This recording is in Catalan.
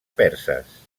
perses